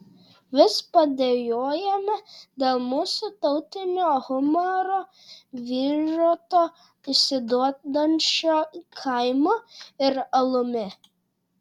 vis padejuojame dėl mūsų tautinio humoro vyžoto atsiduodančio kaimu ir alumi